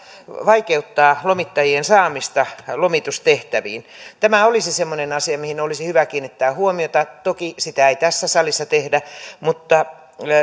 vaikeuttaa lomittajien saamista lomitustehtäviin tämä olisi semmoinen asia mihin olisi hyvä kiinnittää huomiota toki sitä ei tässä salissa tehdä mutta